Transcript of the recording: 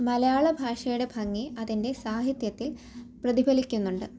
മലയാള ഭാഷയുടെ ഭംഗി അതിൻ്റെ സാഹിത്യത്തിൽ പ്രതിഫലിക്കുന്നുണ്ട്